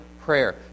prayer